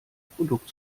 produkt